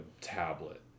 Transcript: tablet